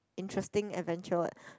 interesting adventure